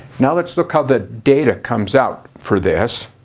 now let's look how the data comes out for this.